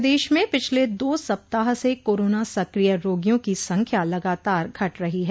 प्रदेश में पिछले दो सप्ताह से कोरोना सक्रिय रोगियों की संख्या लगातार घट रही है